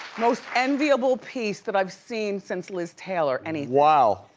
most enviable piece that i've seen since liz taylor anything. wow.